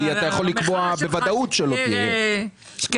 כי אתה יכול לקבוע בוודאות שלא תהיה פגיעה.